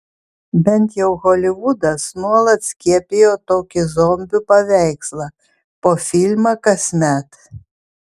bent jau holivudas nuolat skiepijo tokį zombių paveikslą po filmą kasmet